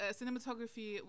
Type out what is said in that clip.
cinematography